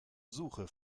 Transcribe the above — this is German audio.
suche